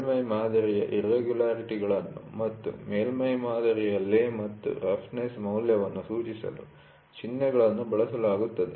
ಮೇಲ್ಮೈ ಮಾದರಿಯ ಇರ್ರೆಗುಲರಿಟಿಗಳನ್ನು ಮತ್ತು ಮೇಲ್ಮೈ ಮಾದರಿಯ ಲೇ ಮತ್ತು ರಫ್ನೆಸ್ಒರಟುತನ ಮೌಲ್ಯವನ್ನು ಸೂಚಿಸಲು ಚಿಹ್ನೆಗಳನ್ನು ಬಳಸಲಾಗುತ್ತದೆ